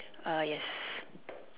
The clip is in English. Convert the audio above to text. uh yes